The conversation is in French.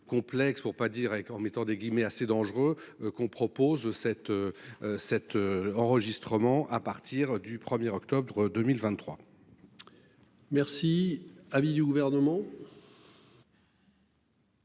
pour pas dire avec, en mettant des guillemets assez dangereux qu'on propose aux cet. Cet enregistrement à partir du 1er octobre 2023.-- Merci à du gouvernement.